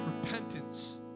repentance